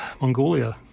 Mongolia